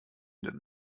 den